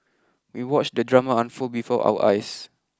we watched the drama unfold before our eyes